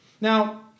now